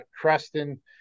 Creston